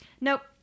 Nope